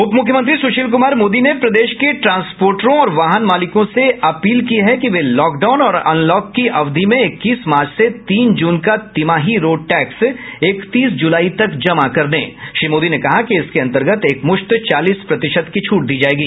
उप मुख्यमंत्री सुशील कुमार मोदी ने प्रदेश के ट्रांसपोर्टरों और वाहन मालिकों से अपील की है कि वे लॉकडाउन और अनलॉक की अवधि में इक्कीस मार्च से तीन जून का तिमाही रोड टैक्स इकतीस जुलाई तक जमा कर दें श्री मोदी ने कहा कि इसके अंतर्गत एक मुश्त चालीस प्रतिशत की छूट दी जायेगी